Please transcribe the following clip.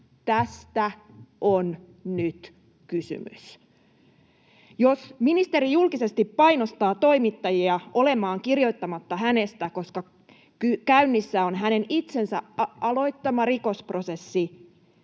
Tästä on nyt kysymys. Jos ministeri julkisesti painostaa toimittajia olemaan kirjoittamatta hänestä, koska käynnissä on hänen itsensä aloittama rikosprosessi,